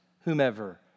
whomever